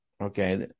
okay